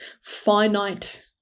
finite